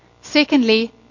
Secondly